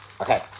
Okay